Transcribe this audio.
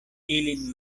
ilin